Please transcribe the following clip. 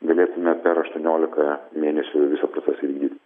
galėtume per aštuoniolika mėnesių visą procesą įvykdyt